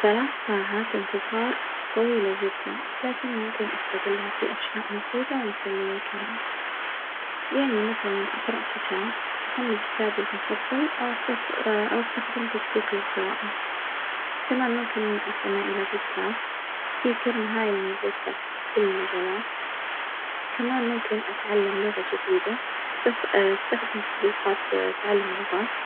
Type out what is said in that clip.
ثلاث ساعات انتظار طويلة جدًا لكن ممكن أستغلها في أشياء مفيدة ومسلية كمان، يعني مثلًا أقرأ كتاب أحمل كتابي المفظل أو أستت أو أستخدم تطبيق للقراءة، كمان ممكن أستمع إلى بودكاست في كم هايل من البودكاست في كل المجالات، كمان ممكن أتعلم لغة جديدة أستت أستخدم تطبيقات تعلم اللغات.